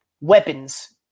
weapons